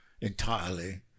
entirely